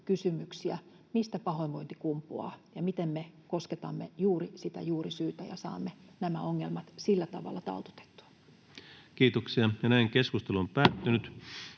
kysymyksiä: mistä pahoinvointi kumpuaa, ja miten me kosketamme juuri sitä juurisyytä ja saamme nämä ongelmat sillä tavalla taltutettua?